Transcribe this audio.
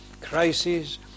crises